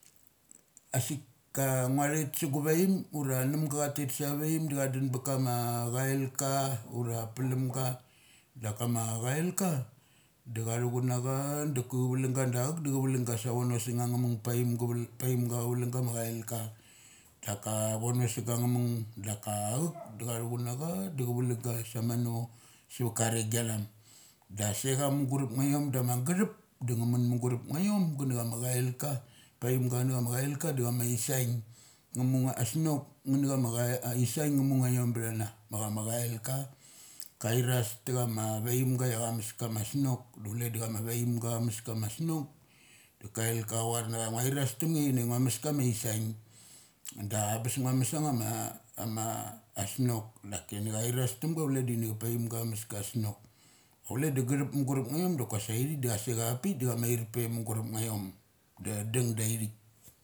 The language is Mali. Asik ka ngua thet su gi vaim ura numga chatet sa vaim da cha thuchunnacha ka vlung ga savono sung angngamunng paim gavalung paimga chavalung gama cailka. Daka vono sunga cha mung. Deka auk da cha thuchun na cha da sha vulunggga sa mano savatka arringi athum. Da asecha muguru pagiom da ma gathup da nga mun mugurap ngiaiom ga na chama cailka. Paimgo canacana capikadacha ma is saing ngo asnok nga na chama. Ais saing nga mu ngaiom bthana. Ma chama chaika kairas takama vaimga ia cha mes kama snonk da kailka ana varnachaia nguairus thumge inia angua mes kama issaing da anes nguames anga ma amasnok dakini chaira stumga cule dini cha paimga cha mes kasnonk. Chule da gatup mugurup ngiaom dakasa aithik dacha asecha avapik da cha mair pe mu gurap ngiciom da dung da ithik.